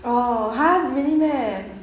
oh !huh! really meh